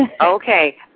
Okay